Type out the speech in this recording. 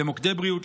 למוקדי בריאות,